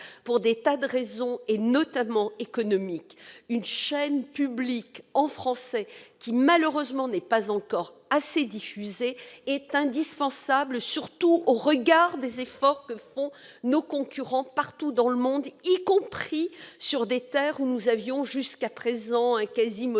pour des tas de raisons, notamment économiques. Une chaîne publique en français, qui n'est malheureusement pas encore assez diffusée, est indispensable, surtout au regard des efforts que font nos concurrents partout dans le monde, y compris sur des terres où nous avions, jusqu'à présent, un quasi-monopole,